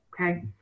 Okay